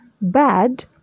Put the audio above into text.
bad